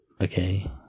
okay